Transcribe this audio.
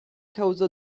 causò